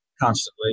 constantly